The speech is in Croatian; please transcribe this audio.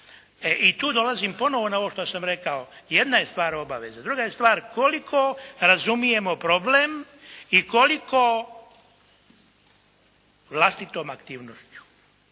i tu dolazim ponovo na ovo što sam rekao, jedna je stvar obaveza, druga je stvar koliko razumijemo problem i koliko vlastitom aktivnošću,